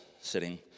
sitting